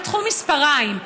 פתחו מספריים,